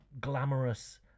glamorous